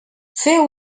feu